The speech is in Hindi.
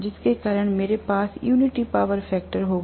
जिसके कारण मेरे पास यूनिटी पावर फैक्टर होगा